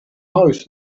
most